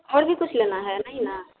और भी कुछ लेना है नहीं ना